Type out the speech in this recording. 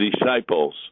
disciples